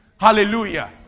Hallelujah